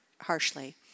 harshly